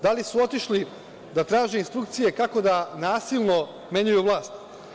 Da li su otišli da traže instrukcije kako da nasilno menjaju vlast?